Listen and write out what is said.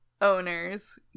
owners